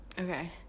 Okay